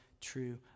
true